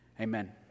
amen